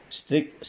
strict